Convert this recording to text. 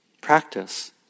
practice